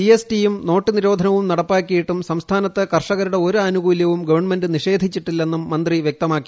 G S T യും note നിരോധനവും നടപ്പാക്കിയിട്ടും സംസ്ഥാനത്ത് കർഷകരുടെ ഒരു ആനുകൂലൃവും ഗവൺമെന്റ് നിഷേധിച്ചിട്ടില്ലെന്നും മന്ത്രി വ്യക്തമാക്കി